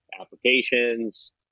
applications